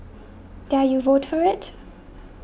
dare you vote for it